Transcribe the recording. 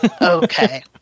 okay